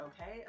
okay